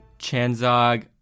Chanzog